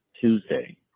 Tuesday